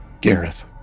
Gareth